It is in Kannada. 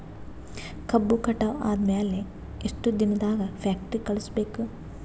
ಕಬ್ಬು ಕಟಾವ ಆದ ಮ್ಯಾಲೆ ಎಷ್ಟು ದಿನದಾಗ ಫ್ಯಾಕ್ಟರಿ ಕಳುಹಿಸಬೇಕು?